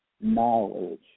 knowledge